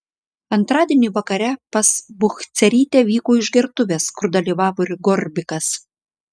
antradienį vakare pas buchcerytę vyko išgertuvės kur dalyvavo ir gorbikas